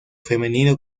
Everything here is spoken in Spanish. femenino